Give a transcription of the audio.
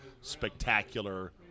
spectacular